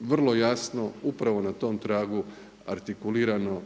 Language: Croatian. vrlo jasno upravo na tom tragu argikulirano